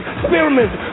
experiments